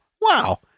wow